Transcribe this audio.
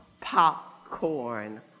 popcorn